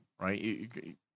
right